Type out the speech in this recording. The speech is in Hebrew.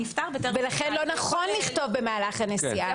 ולכן לא נכון לכתוב במהלך הנסיעה.